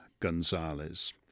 Gonzalez